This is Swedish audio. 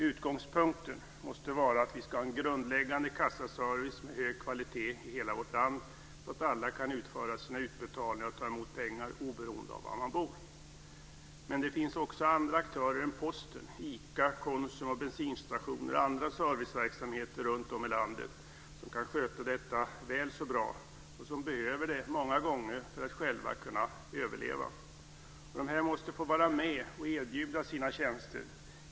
Utgångspunkten måste vara att vi ska ha en grundläggande kassaservice med hög kvalitet i hela vårt land, så att alla kan utföra sina utbetalningar och ta emot pengar oberoende av var man bor. Men det finns andra aktörer än Posten - ICA, Konsum och bensinstationer och andra serviceverksamheter runtom i landet - som kan sköta detta väl så bra och som många gånger behöver det för att själva kunna överleva. Dessa måste få vara med och erbjuda sina tjänster.